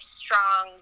strong